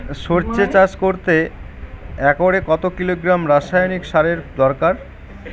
সরষে চাষ করতে একরে কত কিলোগ্রাম রাসায়নি সারের দরকার?